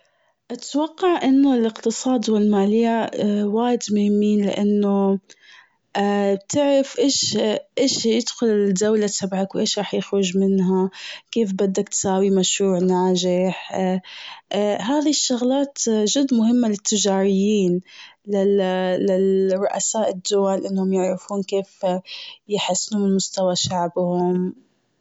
اتوقع إنه الاقتصاد و المالية وايد مهمين. لأنه تعرف ايش- ايش يدخل الدولة تبعك وايش راح يخرج منها، كيف بدك تساوي مشروع ناجح، هذي الشغلات جد مهمة للتجاريين رؤساء الدول إنهم يعرفون كيف يحسنون من مستوى شعبهم.